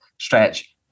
stretch